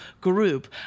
group